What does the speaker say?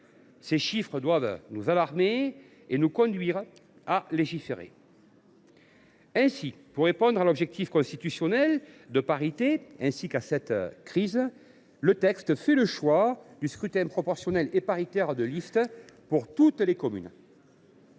Ces chiffres doivent nous alarmer et nous conduire à légiférer. Ainsi, pour répondre à l’objectif constitutionnel de parité ainsi qu’à cette crise, le choix est fait, dans ce texte, d’appliquer le scrutin proportionnel et paritaire de liste à toutes les communes.